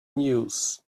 news